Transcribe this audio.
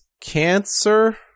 cancer